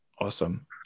Awesome